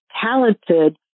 talented